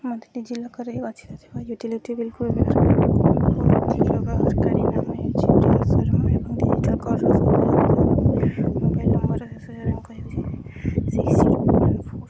ମୋତେ ଡିଜିଲକର୍ରେ ଗଚ୍ଛିତ ଥିବା ମୋର ସିକ୍ସ୍ ଜିରୋ ୱାନ୍ ଫୋର୍